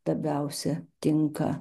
labiausia tinka